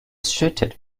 schüttet